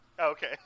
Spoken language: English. Okay